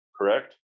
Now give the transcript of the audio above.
correct